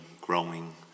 growing